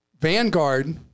Vanguard